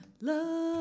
love